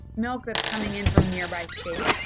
milk that's coming in from nearby states,